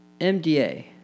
MDA